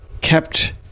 kept